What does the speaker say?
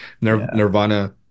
Nirvana